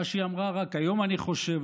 מה שהיא אמרה רק היום או אתמול: